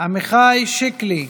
עמיחי שקלי.